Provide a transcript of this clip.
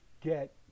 get